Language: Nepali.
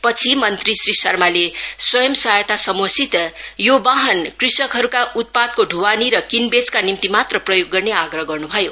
पछि मंत्री श्री शर्माले स्वयं सहायता समूहसित यो वाहन कृषकहरूका उत्पादको दुवानी र किनबेचका निम्ति मात्र प्रयोग गर्ने आग्रह गर्नु भयो